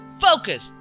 Focus